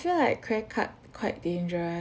feel like credit card quite dangerous